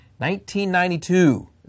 1992